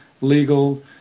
legal